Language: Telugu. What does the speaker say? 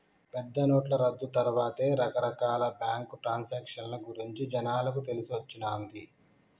పెద్దనోట్ల రద్దు తర్వాతే రకరకాల బ్యేంకు ట్రాన్సాక్షన్ గురించి జనాలకు తెలిసొచ్చిన్నాది